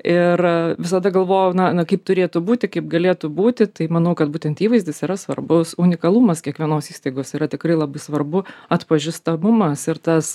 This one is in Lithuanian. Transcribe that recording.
ir visada galvojau na na kaip turėtų būti kaip galėtų būti taip manau kad būtent įvaizdis yra svarbus unikalumas kiekvienos įstaigos yra tikrai labai svarbu atpažįstamumas ir tas